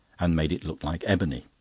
and made it look like ebony.